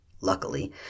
Luckily